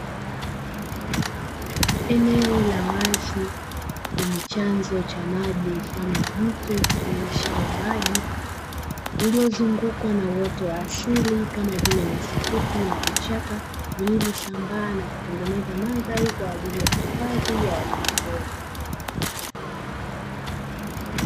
Eneo la wazi, lenye chanzo cha maji mfano wa mto utiririshao maji, uliozungukwa na uoto wa asili kama vile; nyasi fupi na vichaka vilivyosambaa na kutengeneza mandhari kwa ajili ya hifadhi ya wanyamapori.